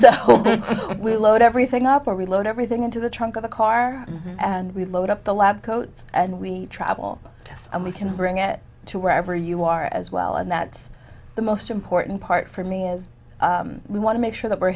so we load everything up where we load everything into the trunk of a car and we load up the lab coat and we travel and we can bring it to wherever you are as well and that's the most important part for me is we want to make sure that we're